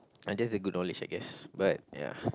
uh just a good knowledge I guess but ya